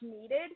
needed